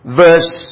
verse